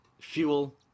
fuel